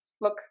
look